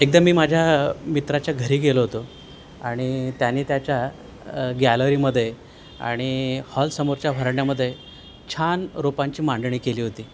एकदम मी माझ्या मित्राच्या घरी गेलो होतो आणि त्याने त्याच्या गॅलरीमध्ये आणि हॉल समोरच्या व्हरांड्यामध्ये छान रोपांची मांडणी केली होती